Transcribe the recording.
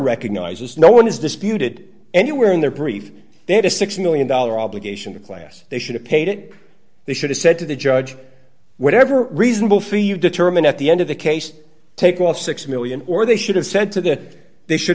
recognizes no one has disputed anywhere in their brief they had a six million dollars obligation a class they should've paid it they should have said to the judge whatever reasonable for you determine at the end of the case take all six million dollars or they should have said to that they should